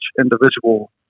individual